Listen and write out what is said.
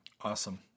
awesome